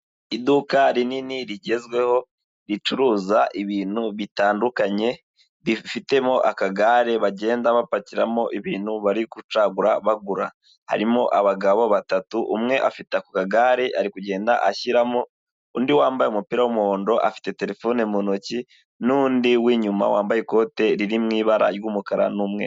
Iduka rinini rigezweho, ricuruza ibintu bitandukanye rifitemo akagare bagenda bapakiramo ibintu bari gucagura bagura, harimo abagabo batatu, umwe afite kagare ari kugenda ashyiramo, undi wambaye umupira w'umuhondo afite terefone mu ntoki n'undi winyuma wambaye ikote riri mu ibara ry'umukara n'umweru.